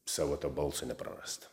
savo to balso neprarast